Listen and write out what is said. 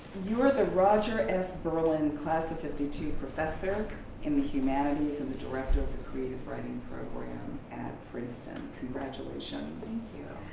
you are the roger s. berlin class of fifty two professor in the humanities and the director of the creative writing program at princeton. congratulations. thank you.